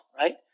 right